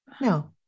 No